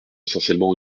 essentiellement